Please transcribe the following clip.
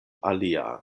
alia